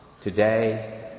today